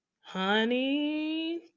Honey